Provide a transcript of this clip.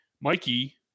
Mikey